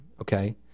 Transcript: okay